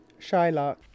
Shylock